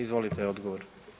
Izvolite odgovor.